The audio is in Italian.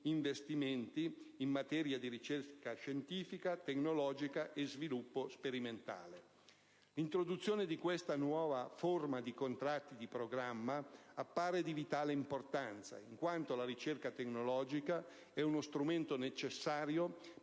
investimenti in materia di ricerca scientifica e tecnologica e di sviluppo sperimentale. L'introduzione di questa nuova forma di contratti di programma appare di vitale importanza, in quanto la ricerca tecnologica è uno strumento necessario